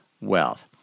wealth